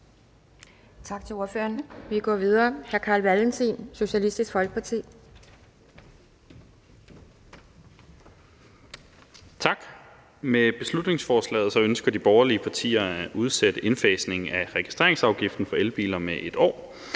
Tak til ordføreren. Vi går videre til hr. Carl Valentin, Socialistisk Folkeparti. Kl. 14:24 (Ordfører) Carl Valentin (SF): Tak. Med beslutningsforslaget ønsker de borgerlige partier at udsætte indfasningen af registreringsafgiften for elbiler med 1 år.